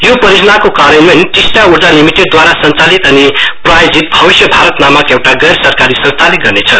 यो परियोजना को कार्यान्वयन टिस्टा ऊर्जा लिमिटेडद्वारा संचालित अनि प्रायोजित भविष्य भारत नामक एउटा गैर सरकारी संस्थाले गर्नेछ